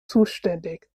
zuständig